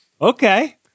Okay